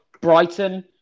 Brighton